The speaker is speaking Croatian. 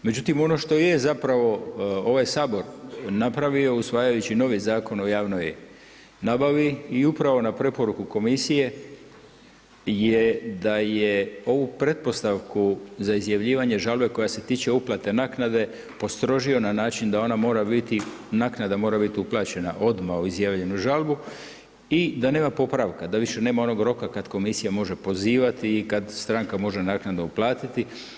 Međutim ono što je ovaj Sabor napravio usvajajući novi Zakon o javnoj nabavi i upravo na preporuku komisije je da je ovu pretpostavku za izjavljivanje žalbe koja se tiče uplate naknade postrožio na način da ona mora biti, naknada mora biti uplaćena odmah uz izjavljenu žalbu i da nema popravka, da više nema onog roka kada komisija može pozivati i kada stranka može naknadno uplatiti.